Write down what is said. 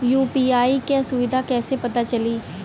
UPI क सुविधा कैसे पता चली?